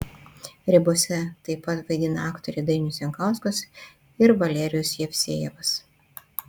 ribose taip pat vaidina aktoriai dainius jankauskas ir valerijus jevsejevas